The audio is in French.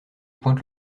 pointe